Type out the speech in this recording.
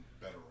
better